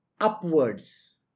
upwards